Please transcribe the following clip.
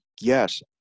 yes